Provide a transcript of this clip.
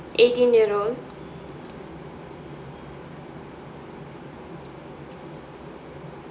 eighteen year old